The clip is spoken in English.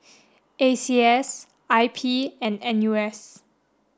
A C S I P and N U S